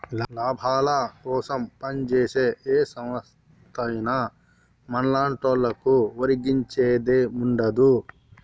లాభాలకోసం పంజేసే ఏ సంస్థైనా మన్లాంటోళ్లకు ఒరిగించేదేముండదు